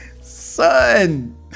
son